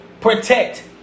protect